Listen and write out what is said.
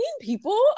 people